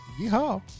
Yeehaw